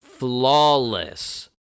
flawless